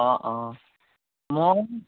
অঁ অঁ মই